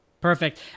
Perfect